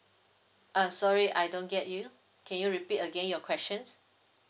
uh sorry I don't get you can you repeat again your questions